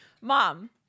mom